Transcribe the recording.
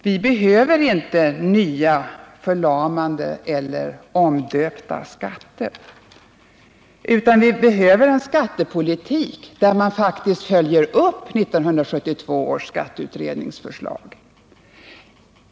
Vi behöver inte nya, förlamande eller omdöpta skatter, utan vi behöver en skattepolitik där man faktiskt följer upp 1972 års skatteutrednings förslag.